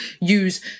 use